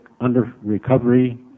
under-recovery